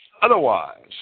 Otherwise